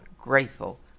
grateful